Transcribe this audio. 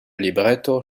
libretto